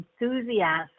enthusiasm